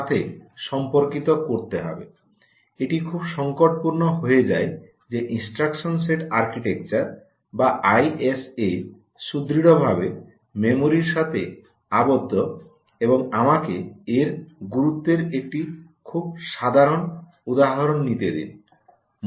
এটি খুব সংকট পূর্ণ হয়ে যায় যে ইনস্ট্রাকশন সেট আর্কিটেকচার বা আইএসএ সুদৃঢ়ভাবে মেমরির সাথে আবদ্ধ এবং আমাকে এর গুরুত্বের একটি খুব সাধারণ উদাহরণ নিতে দিন